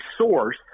source